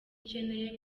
ukeneye